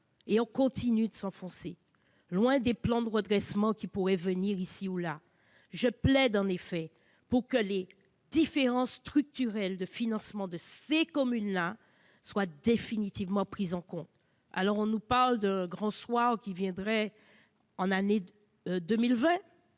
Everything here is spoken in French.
et l'on continue de s'enfoncer, loin des plans de redressement qui pourraient venir ici ou là. Je plaide donc pour que les différences structurelles de financement de ces communes soient définitivement prises en compte. On nous annonce un grand soir pour l'année 2020